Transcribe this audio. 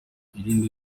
irindi